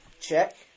Check